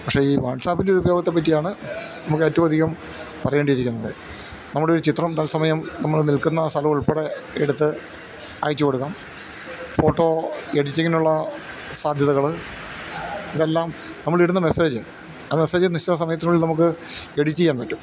പക്ഷെ ഈ വാട്സാപ്പിൻ്റെ ഒരു ഉപയോഗത്തെപ്പറ്റിയാണ് നമുക്ക് ഏറ്റവും അധികം പറയേണ്ടിയിരിക്കുന്നത് നമ്മുടൊരു ചിത്രം തൽസമയം നമ്മള് നിൽക്കുന്ന സ്ഥലം ഉൾപ്പെടെ എടുത്ത് അയച്ചുകൊടുക്കാം ഫോട്ടോ എഡിറ്റിങ്ങിനുള്ള സാധ്യതകള് ഇതെല്ലാം നമ്മളിടുന്ന മെസ്സേജ് ആ മെസ്സേജ് നിശ്ചിത സമയത്തിനുള്ളിൽ നമുക്ക് എഡിറ്റെയ്യാൻ പറ്റും